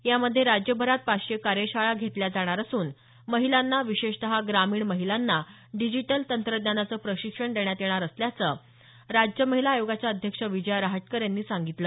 यामध्ये राज्यभरात पाचशे कार्यशाळा घेतल्या जाणार असून महिलांना विशेषतः ग्रामीण महिलांना डिजिटल तंत्रज्ञानाचं प्रशिक्षण देण्यात येणार असल्याचं राज्य महिला आयोगाच्या अध्यक्ष विजया रहाटकर यांनी सांगितलं